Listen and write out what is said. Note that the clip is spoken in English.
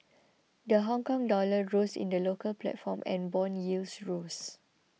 the Hongkong dollar rose in the local platform and bond yields rose